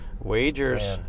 wagers